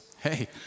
Hey